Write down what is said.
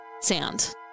sound